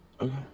Okay